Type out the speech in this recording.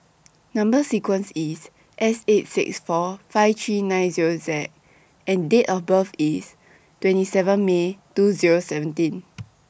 Number sequence IS S eight six four five three nine Zero Z and Date of birth IS twenty seventeen May two Zero seventeen